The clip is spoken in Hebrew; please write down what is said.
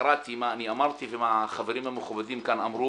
קראתי מה אני אמרתי ומה החברים המכובדים כאן אמרו,